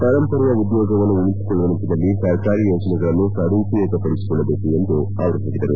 ಪರಂಪರೆಯ ಉದ್ಯೋಗವನ್ನು ಉಳಿಸಿಕೊಳ್ಳುವ ನಿಟ್ಟನಲ್ಲಿ ಸರ್ಕಾರಿ ಯೋಜನೆಗಳನ್ನು ಸದುಪಯೋಗಪಡಿಸಿಕೊಳ್ಳಬೇಕು ಎಂದು ಹೇಳಿದರು